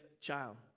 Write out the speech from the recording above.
child